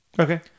Okay